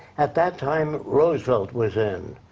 at that time, roosevelt was in,